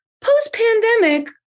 Post-pandemic